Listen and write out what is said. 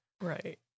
Right